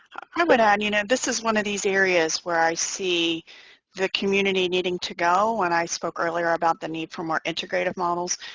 i would add you know this is one of these areas where i see the community needing to go when i spoke earlier about the need for more integrative models.